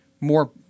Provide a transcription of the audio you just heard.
more